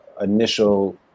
initial